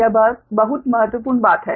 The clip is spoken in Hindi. यह बहुत महत्वपूर्ण बात है